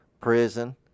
prison